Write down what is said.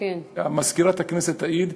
ומזכירת הכנסת תעיד,